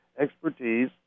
expertise